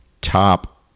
top